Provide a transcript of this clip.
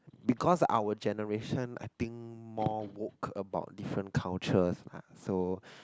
because our generation I think more woke about different cultures ah so